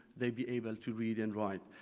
they'd be able to read and write.